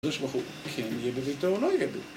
יש בחור. כן יהיה בביתו או לא יהיה בביתו?